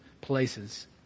places